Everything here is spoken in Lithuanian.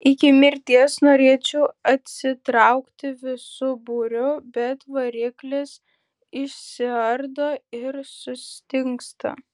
iki mirties norėčiau atsitraukti visu būriu bet variklis išsiardo ir sustingsta